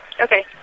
Okay